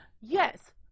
Yes